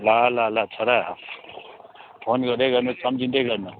ल ल ल छोरा फोन गर्दै गर्नू सम्झिँदै गर्नू